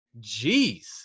Jeez